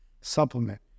supplement